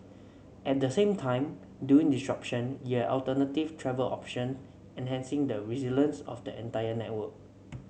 at the same time during disruption you have alternative travel option enhancing the resilience of the entire network